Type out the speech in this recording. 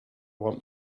want